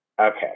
okay